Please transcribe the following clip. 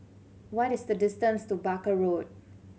what is the distance to Barker Road